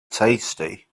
tasty